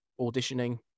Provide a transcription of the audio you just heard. auditioning